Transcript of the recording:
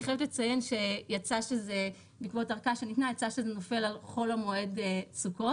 אני חייבת לציין שבעקבות ארכה שניתנה יצא שזה נופל על חול המועד סוכות,